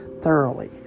thoroughly